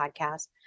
podcast